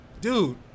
dude